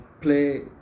play